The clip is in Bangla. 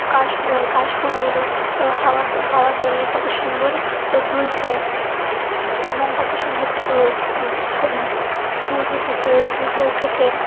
কাশ কাশফুলগুলো হাওয়া হাওয়ার দোলায় কত সুন্দর দুলছে এবং কত সুন্দর ছ ছ সূর্য ফুটে সূর্য উঠেছে